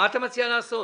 מה אתה מציע לעשות?